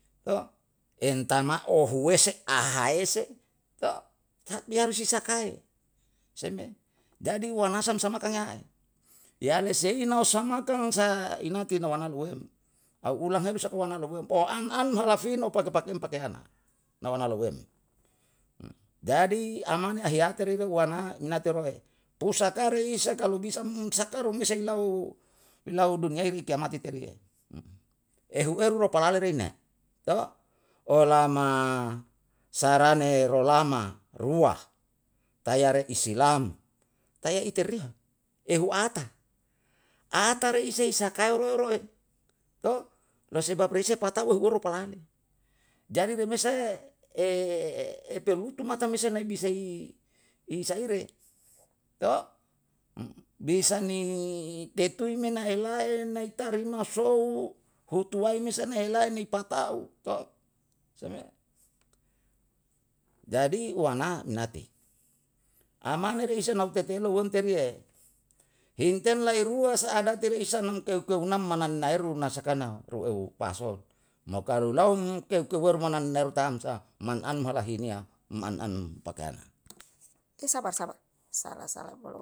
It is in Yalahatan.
mtama ohuwese ahaese tapi harus si saka e, seme. Jadi wanasam sama makangyae. yale seino usa makang sa inati nawana ruem, au ulang heru saka ruem. O an an halafino pake pakem pakehana, nawaana lowem. jadi amane ahiyate rido wana inate roe, usaka re isa kalu bua umsakaru mesa ilau, ilau duniyai ye kiamat teriem. Ehu eru ropalare reine o lama. sarane rolama rua tayare isilam taya i terima, ehu ata. Atare ise isakai roeroe lo sebab rise patau ohuoru palale. Jadi remesa ye pelutu mata mesa nai bisai i saire, bisa ni tetui na me ela'e nai tarima sou hutuwai me sana elai ni pata'u. se me, jadi wana nati, amane reisa nautetelu uwemteriye, himtei lai rua sa'adati re isam na keu keu nam manannaeru nasakana ru eu pasol, mo kalu laum keu keuhueru mananneru taam sa. man an malahiniya um an an pakeyana